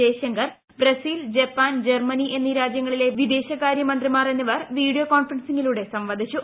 Jaishankar Brazil Japan Germany എന്നീ രാജ്യങ്ങളിലെ വിദേശകാര്യമന്ത്രിമാർ എന്നിവർ വീഡിയോ കോൺഫറൻസിലൂടെ സംവദിച്ചു